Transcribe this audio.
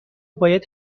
باید